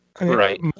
Right